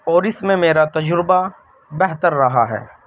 اور اِس میں میرا تجربہ بہتر رہا ہے